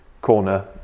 corner